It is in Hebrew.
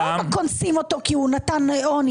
לא קונסים אותו כי הוא נתן כסף.